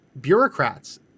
bureaucrats